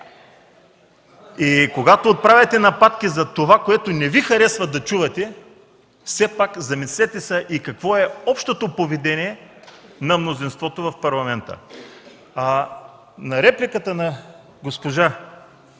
Когато отправяте нападки за това, което не Ви харесва да чувате, все пак замислете се и какво е общото поведение на мнозинството в парламента? На репликата на госпожа